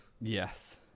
yes